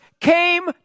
came